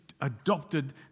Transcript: adopted